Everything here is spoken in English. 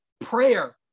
prayer